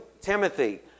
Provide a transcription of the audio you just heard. Timothy